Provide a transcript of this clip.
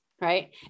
right